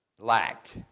lacked